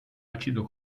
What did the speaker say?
acido